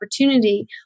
opportunity